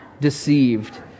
deceived